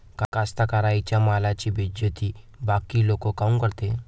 कास्तकाराइच्या मालाची बेइज्जती बाकी लोक काऊन करते?